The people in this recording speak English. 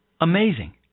Amazing